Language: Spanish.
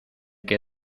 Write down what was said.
que